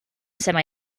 semi